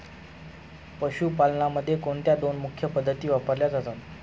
पशुपालनामध्ये कोणत्या दोन मुख्य पद्धती वापरल्या जातात?